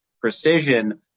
precision